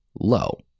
low